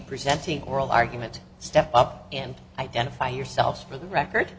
presenting oral argument step up and identify yourself for the record